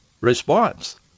response